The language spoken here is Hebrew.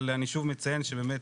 אבל אני שוב מציין שבאמת,